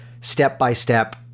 step-by-step